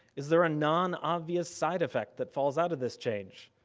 is there a non-obvious side-effect that falls out of this change,